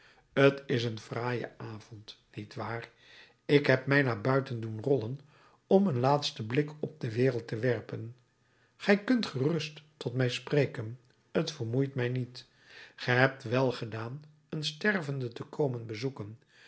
t is een fraaie avond niet waar ik heb mij naar buiten doen rollen om een laatsten blik op de wereld te werpen gij kunt gerust tot mij spreken t vermoeit mij niet ge hebt welgedaan een stervende te komen bezoeken